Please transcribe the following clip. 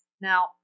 Now